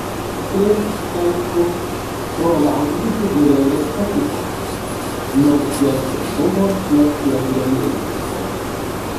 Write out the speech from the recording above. ir aišku rolandui figūrėlės patiko nors jos ir buvo šiek tiek gremėzdiškos